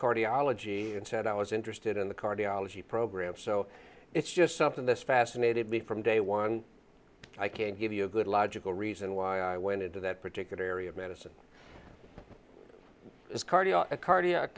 cardiology and said i was interested in the cardiology program so it's just something that fascinated me from day one i can give you a good logical reason why i went into that particular area of medicine cardio cardiac